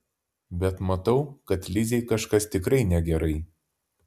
bet matau kad lizei kažkas tikrai negerai